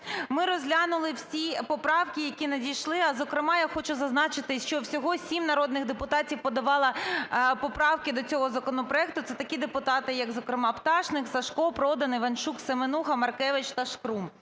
Ми розглянули всі поправки, які надійшли. А, зокрема, я хочу зазначити, що всього сім народних депутатів подавали поправки до цього законопроекту. Це такі депутати, як зокрема Пташник, Сажко, Продан, Іванчук, Семенуха, Маркевич та Шкрум.